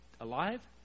alive